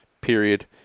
period